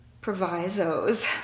provisos